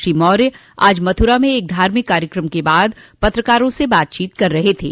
श्री मौर्य आज मथुरा में एक धार्मिक कार्यक्रम के बाद पत्रकारों से बातचीत कर रहे थे